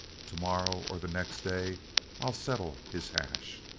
tomorrow or the next day i'll settle his hash.